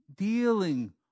dealing